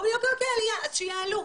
אומרים אוקיי אוקיי, עלייה, אז שיעלו,